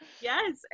Yes